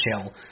chill